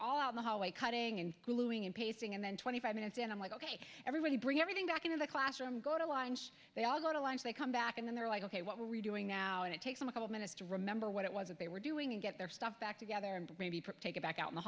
all out the hallway cutting and gluing and pasting and then twenty five minutes and i'm like ok everybody bring everything back into the classroom go to lines they all go to lines they come back and then they're like ok what were you doing now and it takes them a couple minutes to remember what it was that they were doing and get their stuff back together and maybe get back out in the